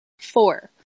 Four